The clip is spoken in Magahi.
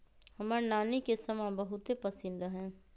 हमर नानी के समा बहुते पसिन्न रहै